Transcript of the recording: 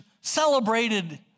celebrated